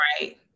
right